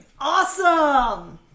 Awesome